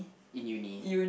in uni